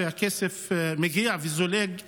כי הכסף מגיע וזולג לשם.